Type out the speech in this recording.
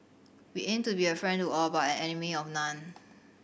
we aim to be a friend to all but an enemy of none